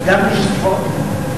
גם לשכות,